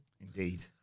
indeed